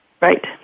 Right